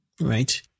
right